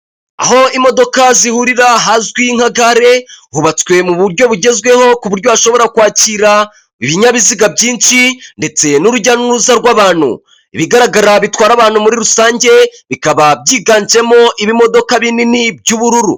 Aho imodoka zihurira hazwi nka gare, hubatswe mu buryo bugezweho, ku buryo hashobora kwakira ibinyabiziga byinshi ndetse n'urujya n'uruza rw'abantu. Ibigaragara bitwara abantu muri rusange, bikaba byiganjemo ibimodoka binini by'ubururu.